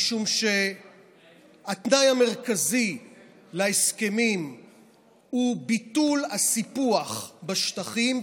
משום שהתנאי המרכזי להסכמים הוא ביטול הסיפוח בשטחים,